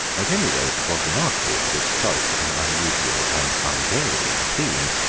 at any rate it was remarkable for its choice of an unusual and unvarying theme.